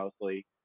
mostly